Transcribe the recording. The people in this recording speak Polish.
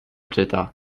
czyta